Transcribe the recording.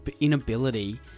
inability